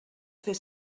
ddydd